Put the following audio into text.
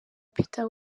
peter